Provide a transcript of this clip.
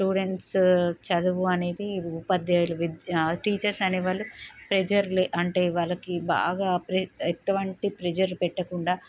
students చదువు అనేది ఉపాధ్యాయులు విద్యా టీచర్స్ అనే వాళ్ళు ప్రెజర్ అంటే వాళ్ళకి బాగా ఎటువంటి ప్రెజర్ పెట్టకుండా